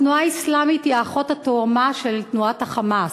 התנועה האסלאמית היא האחות התאומה של תנועת ה"חמאס".